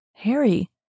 Harry